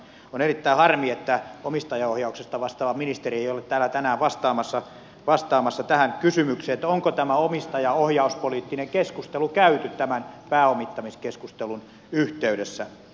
on erittäin harmi että omistajaohjauksesta vastaava ministeri ei ole täällä tänään vastaamassa tähän kysymykseen onko tämä omistajaohjauspoliittinen keskustelu käyty tämän pääomittamiskeskustelun yhteydessä